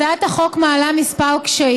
הצעת החוק מעלה כמה קשיים.